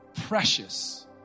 precious